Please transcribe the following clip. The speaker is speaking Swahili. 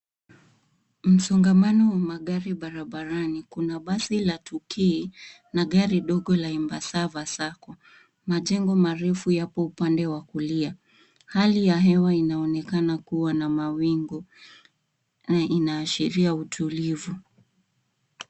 Msongamano wa magari barabarani. Kuna basi la 2K na gari ndogo la Embassava Sacco. Majengo marefu yapo upande wa kulia. Hali ya hewa inaonekana kuwa na mawingu na inaashiria utulivu.